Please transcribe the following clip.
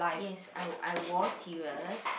yes I'll I was serious